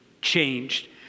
changed